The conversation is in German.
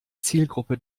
zielgruppe